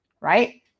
Right